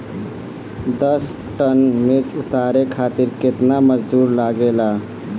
दस टन मिर्च उतारे खातीर केतना मजदुर लागेला?